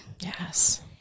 Yes